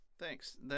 Thanks